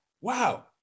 Wow